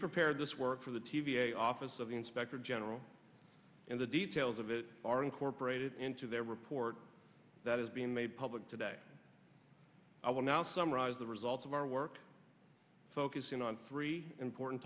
prepared this work for the t v a office of inspector general and the details of it are incorporated into their report that is being made public today i will now summarize the results of our work focusing on three important